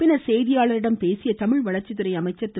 பின்னா் செய்தியாளா்களிடம் பேசிய தமிழ் வளா்ச்சித்துறை அமைச்சா் திரு